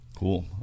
Cool